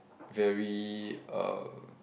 very uh